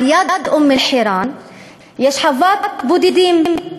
על-יד אום-אלחיראן יש חוות בודדים.